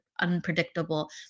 unpredictable